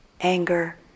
anger